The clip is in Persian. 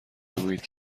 بگویید